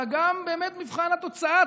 אלא גם מבחן התוצאה.